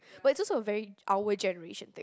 but it's also very our generation thing